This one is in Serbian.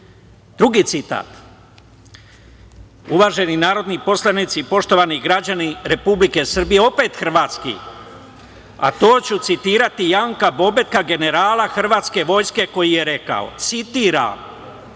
citat, uvaženi narodni poslanici, poštovani građani Republike Srbije, opet hrvatski, a to ću citirati Janka Bobetka, generala hrvatske vojske, koji je rekao, citiram: